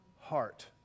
heart